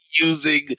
Using